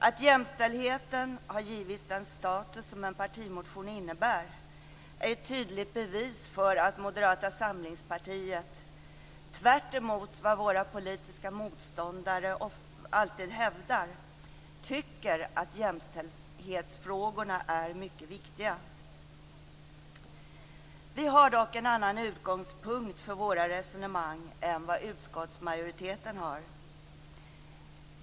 Att jämställdheten har givits den status som en partimotion innebär är ett tydligt bevis för att Moderata samlingspartiet - tvärtemot vad våra politiska motståndare alltid hävdar - tycker att jämställdhetsfrågorna är mycket viktiga. Vi har dock en annan utgångspunkt för våra resonemang än vad utskottsmajoriteten har.